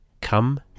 come